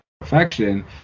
perfection